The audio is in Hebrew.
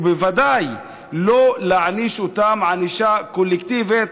ובוודאי לא להעניש אותם ענישה קולקטיבית.